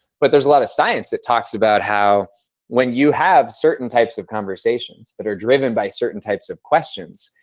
but there's a lot of science that talks about how when you have certain types of conversations that are driven by certain types of questions,